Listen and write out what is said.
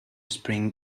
spring